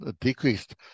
decreased